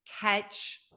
catch